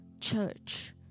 church